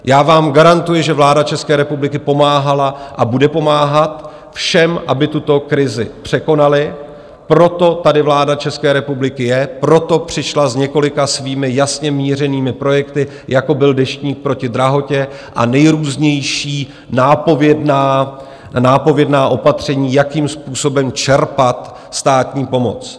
Já vám garantuji, že vláda České republiky pomáhala a bude pomáhat všem, aby tuto krizi překonali, proto tady vláda České republiky je, proto přišla s několika svými jasně mířenými projekty, jako byl Deštník proti drahotě a nejrůznější nápovědná opatření, jakým způsobem čerpat státní pomoc.